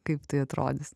kaip tai atrodys